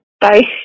Bye